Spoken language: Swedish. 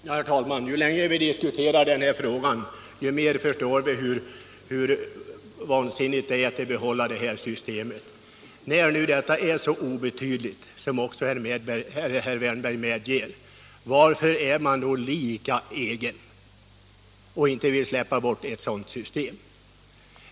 Herr talman! Ju längre vi diskuterar den här frågan, desto mer förstår vi hur vansinnigt det är att behålla det nuvarande systemet. När det nu rör sig om så obetydliga belopp, vilket också herr Wärnberg medger, varför vill man då inte släppa ett sådant system?